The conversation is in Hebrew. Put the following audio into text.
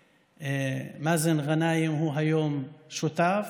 שמאזן גנאים הוא היום שותף,